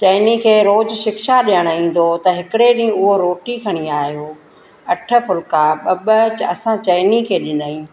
चइनी खे रोज़ु शिक्षा ॾियणु ईंदो हुओ त हिकिड़े ॾींहुं उहो रोटी खणी आहियो अठ फुलिका ॿ ॿ त असां चइनी खे ॾिनईं